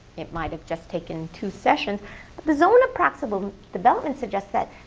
it might have just taken two sessions. but the zone of proximal development suggests that,